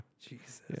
Jesus